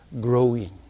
growing